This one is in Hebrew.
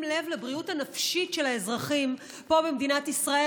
לב לבריאות הנפשית של האזרחים פה במדינת ישראל,